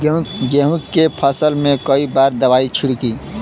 गेहूँ के फसल मे कई बार दवाई छिड़की?